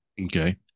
Okay